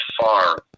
far